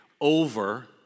over